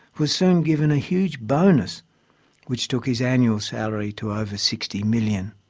was soon given a huge bonus which took his annual salary to over sixty million.